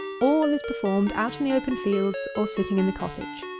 all is performed out in the open fields, or sitting in the cottage.